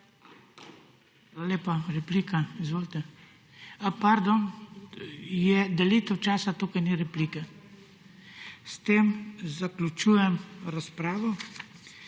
lepa. Replika, izvolite. A, pardon, je delitev časa in tu ni replik. S tem zaključujem razpravo.